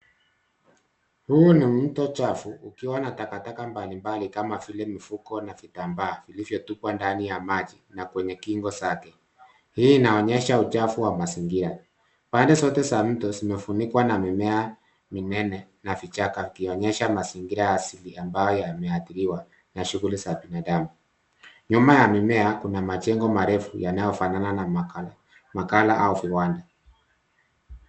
Huu ni mto chafu ukiwa na takataka mbalimbali kama vile mifuko na vitambaa vilivyotupwa ndani ya maji na kwenye kingo zake. Hii inaonyesha uchafu wa mazingira. Pande zote za mto zimefunikwa na mimea minene na vichaka vikionyesha mazingira asili ambayo yameathiriwa na shughuli za binadamu. Nyuma ya mimea kuna majengo marefu yanayofanana na maghala au viwanda.